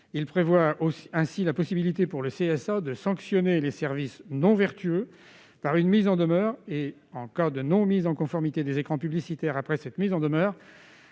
à prévoir la possibilité pour le CSA de sanctionner les services non vertueux par une mise en demeure et, en cas d'absence de mise en conformité des écrans publicitaires après cette mise en demeure,